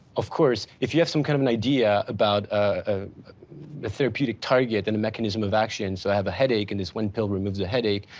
of course, if you have some kind of an idea about ah a therapeutic target and a mechanism of action, so i have a headache, and this one pill removes the headache,